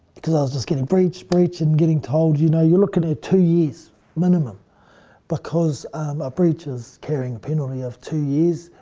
i was just getting breach, breach and getting told, you know, you're looking at two years minimum because a breach is carrying a penalty of two years.